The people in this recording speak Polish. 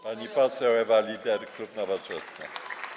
Pani poseł Ewa Lieder, klub Nowoczesna.